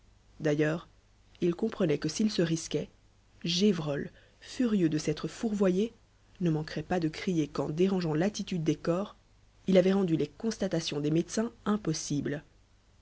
d'ailleurs il comprenait que s'il se risquait gévrol furieux de s'être fourvoyé ne manquerait pas de crier qu'en dérangeant l'attitude des corps il avait rendu les constatations des médecins impossibles